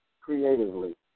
creatively